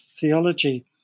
theology